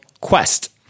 Quest